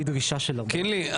קינלי,